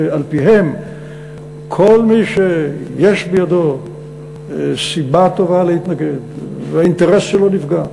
שעל-פיהם כל מי שיש בידו סיבה טובה להתנגד והאינטרס שלו נפגע,